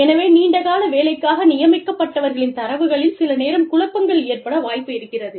எனவே நீண்ட கால வேலைக்காக நியமிக்கப்பட்டவர்களின் தரவுகளில் சில நேரம் குழப்பங்கள் ஏற்பட வாய்ப்பு இருக்கிறது